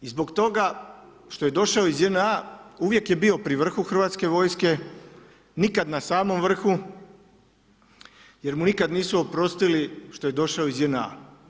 I zbog toga što je došao iz JNA uvijek je bio pri vrhu Hrvatske vojske, nikad na samom vrhu jer mu nikad nisu oprostili što je došao iz JNA.